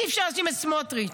אי-אפשר להאשים את סמוטריץ'.